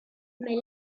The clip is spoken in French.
mais